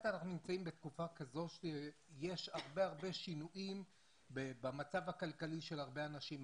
אנחנו נמצאים בתקופה כזו שיש הרבה שינויים במצב הכלכלי של הרבה אנשים.